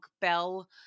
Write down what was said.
bell